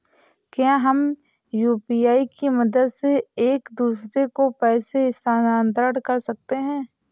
क्या हम यू.पी.आई की मदद से एक दूसरे को पैसे स्थानांतरण कर सकते हैं?